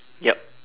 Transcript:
yup